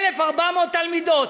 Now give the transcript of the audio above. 1,400 תלמידות,